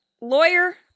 lawyer